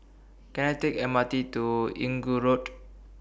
Can I Take M R T to Inggu Road